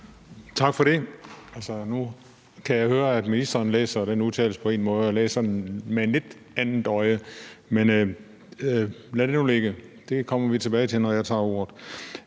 Tak for det. Nu kan jeg høre, at ministeren læser den udtalelse på en måde, og jeg læser den med et lidt andet øje. Men lad nu det ligge. Det kommer vi tilbage til, når jeg tager ordet.